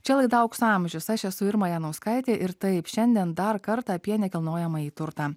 čia laida aukso amžius aš esu irma janauskaitė ir taip šiandien dar kartą apie nekilnojamąjį turtą